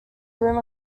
room